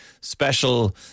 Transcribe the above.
special